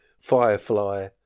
Firefly